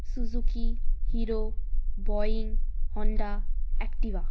Suzuki hero boeing Honda Activa